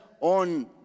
on